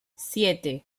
siete